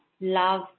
love